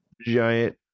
giant